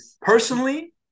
Personally